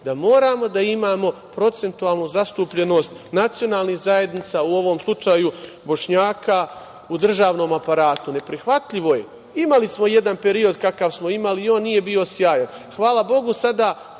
da moramo da imamo procentualnu zastupljenost nacionalnih zajednica u ovom slučaju Bošnjaka u državnom aparatu. Neprihvatljivo je. Imali smo jedan period kakav smo imali i on nije bio sjajan. Hvala Bogu, sada